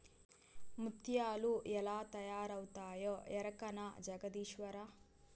ముత్యాలు ఎలా తయారవుతాయో ఎరకనా జగదీశ్వరా